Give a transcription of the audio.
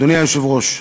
אדוני היושב-ראש,